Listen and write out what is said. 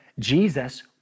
Jesus